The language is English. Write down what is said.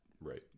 Right